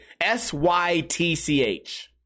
S-Y-T-C-H